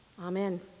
Amen